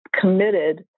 committed